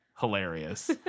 Hilarious